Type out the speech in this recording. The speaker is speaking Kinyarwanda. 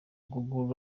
good